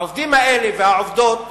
העובדים והעובדות